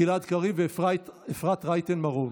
גלעד קריב ואפרת רייטן מרום.